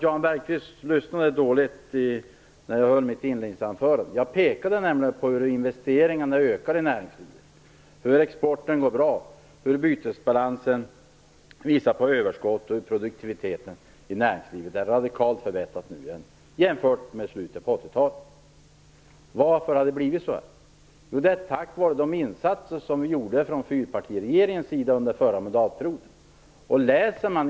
Jan Bergqvist lyssnade dåligt på mitt inledningsanförande. Jag pekade nämligen på att investeringarna i näringslivet ökar, att exporten går bra, att bytesbalansen visar på överskott och att produktiviteten i näringslivet radikalt har förbättrats i förhållande till läget i slutet av 80-talet. Hur har det då blivit så här? Jo, det är tack vare de insatser som fyrpartiregeringen gjorde under den förra mandatperioden.